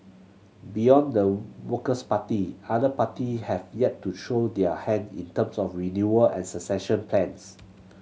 beyond the Works Party other party have yet to show their hand in terms of renewal and succession plans